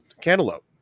cantaloupe